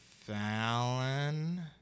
Fallon